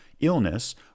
illness